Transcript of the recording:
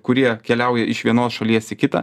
kurie keliauja iš vienos šalies į kitą